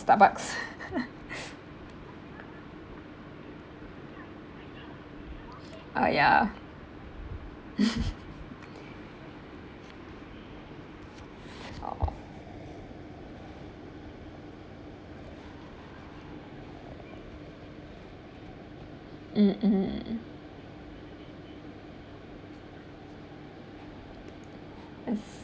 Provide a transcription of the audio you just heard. Starbucks ah ya oh mmhmm yes